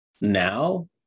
Now